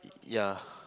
yeah